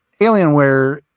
Alienware